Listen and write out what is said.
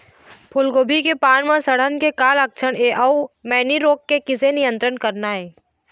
फूलगोभी के पान म सड़न के का लक्षण ये अऊ मैनी रोग के किसे नियंत्रण करना ये?